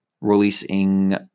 releasing